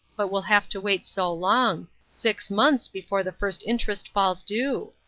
but we'll have to wait so long. six months before the first interest falls due.